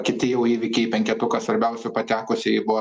kiti jau įvykiai į penketuką svarbiausių patekusieji buvo